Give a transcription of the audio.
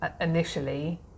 initially